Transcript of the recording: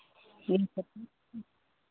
बीस पच्चीस तीस